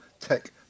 tech